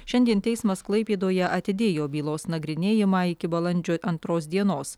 šiandien teismas klaipėdoje atidėjo bylos nagrinėjimą iki balandžio antros dienos